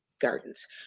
gardens